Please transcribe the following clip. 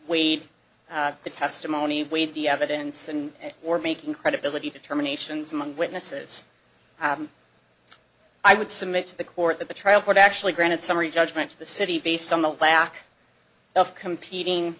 weighed the testimony of the evidence and were making credibility determinations among witnesses i would submit to the court that the trial court actually granted summary judgment to the city based on the lack of competing